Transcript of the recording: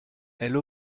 elle